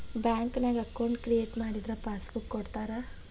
ಬ್ಯಾಂಕ್ನ್ಯಾಗ account create ಮಾಡಿದರ passbook ಕೊಡ್ತಾರಾ